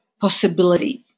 possibility